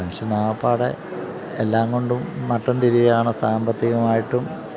മനുഷ്യന് ആകപ്പാടെ എല്ലാം കൊണ്ടും നട്ടം തിരിയുകയാണ് സാമ്പത്തികമായിട്ടും